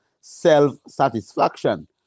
self-satisfaction